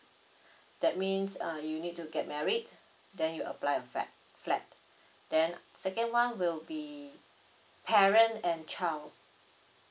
that means uh you need to get married then you apply flat flat then second one will be parent and child